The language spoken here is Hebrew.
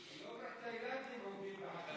היום רק תאילנדים עובדים בחקלאות.